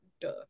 duh